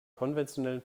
konventionellen